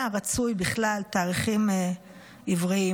היה רצוי בכלל שיהיו תאריכים עבריים.